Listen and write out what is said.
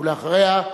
ואחריה,